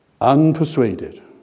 unpersuaded